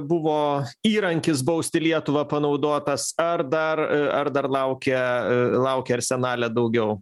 buvo įrankis bausti lietuvą panaudotas ar dar ar dar laukia laukia arsenale daugiau